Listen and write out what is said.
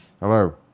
Hello